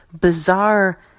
bizarre